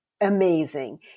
amazing